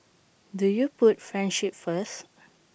do you put friendship first